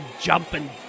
jumping